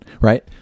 Right